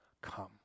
come